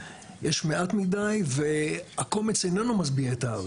יש מעט מידי והקומץ איננו משביע את העם.